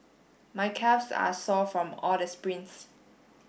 my calves are sore from all the sprints